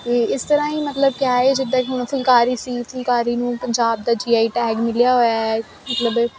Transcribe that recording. ਇਸ ਤਰਾਂ ਈ ਮਤਲਬ ਕਿਆ ਹ ਜਿੱਦਾਂ ਕਿ ਹੁਣ ਫੁਲਕਾਰੀ ਸੀ ਫੁਲਕਾਰੀ ਨੂੰ ਪੰਜਾਬ ਦਾ ਜੀਆਈ ਟੈਗ ਮਿਲਿਆ ਹੋਇਆ ਹ ਮਤਲਬ